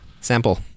sample